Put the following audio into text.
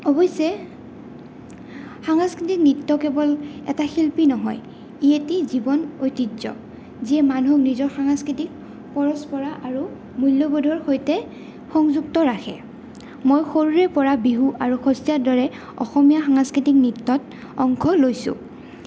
অৱশ্যে সাংস্কৃতিক নৃত্য কেৱল এটা শিল্পী নহয় ই এটি জীৱন ঐতিহ্য যিয়ে মানুহক নিজৰ সাংস্কৃতিক পৰস্পৰা আৰু মূল্যবোধৰ সৈতে সংযুক্ত ৰাখে মই সৰুৰেপৰা বিহু আৰু সত্ৰীয়াৰ দৰে অসমীয়া সাংস্কৃতিক নৃত্যত অংশ লৈছোঁ